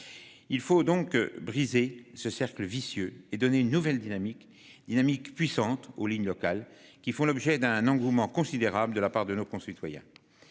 Il faut donc briser ce cercle vicieux et donner une nouvelle dynamique dynamique puissante aux lignes locales qui font l'objet d'un engouement considérable de la part de nos concitoyens.